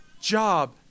job